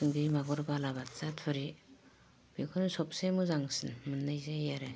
सिंगि मागुर बालाबाथिया थुरि बिखौनो सबसे मोजांसिन मोननाय जायो आरो